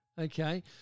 Okay